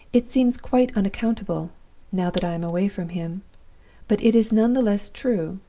it seems quite unaccountable now that i am away from him but it is none the less true,